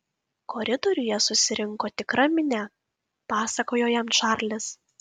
koridoriuje susirinko tikra minia pasakojo jam čarlis